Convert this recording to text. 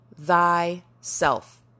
thyself